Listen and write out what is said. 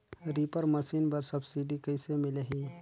Reaper machine बर subsidy कइसे मिलही?